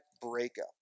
breakup